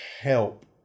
help